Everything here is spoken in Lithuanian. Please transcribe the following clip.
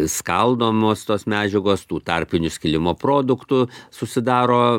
skaldomos tos medžiagos tų tarpinių skilimo produktų susidaro